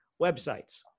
Websites